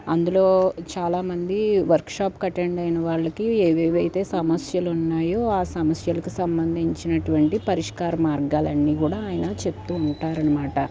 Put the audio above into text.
అందులో చాలా మంది వర్క్ షాప్కి అటెండ్ అయిన వాళ్ళకి ఏవేవి అయితే సమస్యలు ఉన్నాయో ఆ సమస్యలకు సంబంధించినటువంటి పరిష్కార మార్గాలన్ని కూడా ఆయన చెప్తూ ఉంటారనమాట